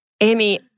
Amy